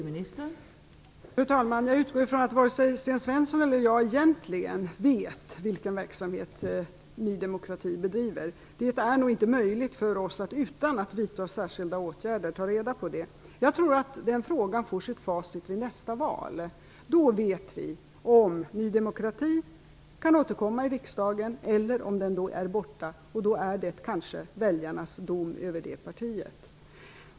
Fru talman! Jag utgår från att varken Sten Svensson eller jag egentligen vet vilken verksamhet Ny demokrati bedriver. Det är nog inte möjligt för oss att, utan att vidta särskilda åtgärder, ta reda på det. Jag tror att den frågan får sitt facit vid nästa val. Då vet vi om Ny demokrati kan återkomma till riksdagen eller om det partiet är borta. Då är det kanske väljarnas dom över det partiet.